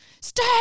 Stay